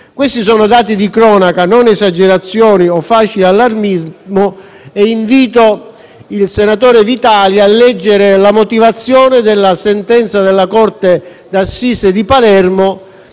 Questi sono dati di cronaca, non esagerazioni o facile allarmismo e invito il senatore Vitali a leggere la motivazione della sentenza della corte d'assise di Palermo